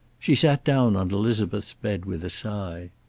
she sat down on elizabeth's bed with a sigh.